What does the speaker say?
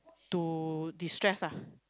to destress ah